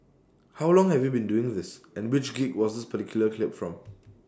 how long have you been doing this and which gig was this particular clip from